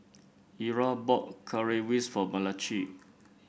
Eura bought Currywurst for Malachi